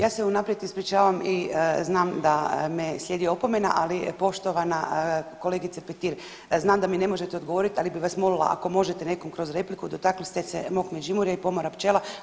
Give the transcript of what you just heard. Ja se unaprijed ispričavam i znam da me slijedi opomena, ali poštovana kolegice Petir, znam da mi ne možete odgovoriti ali bi vas molila ako možete nekom kroz repliku dotakli ste se mog Međimurja i pomora pčela.